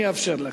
אני אאפשר לך.